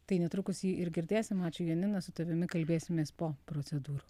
tai netrukus jį ir girdėsim ačiū janina su tavimi kalbėsimės po procedūrų